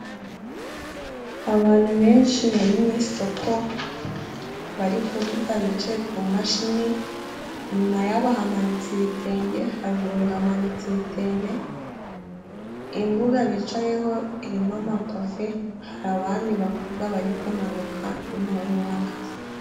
Abantu benshi bari mu isoko bari kudoda bicaye ku mashini, inyuma yabo hamanitse ibitenge haruguru hamanitse ibitenge, imbuga bicayeho irimo amapave, hari abandi bakobwa bari kumanuka n'umuhungu uhagaze.